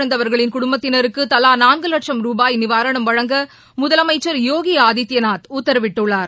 மழை வெள்ளத்தில் உயிரிழந்தவர்களின் குடும்பத்தினருக்கு தலா நான்கு லட்ச ரூபாய் நிவாரணம் வழங்க முதலமைச்சர் யோகி ஆதித்யநாத் உத்தரவிட்டுள்ளார்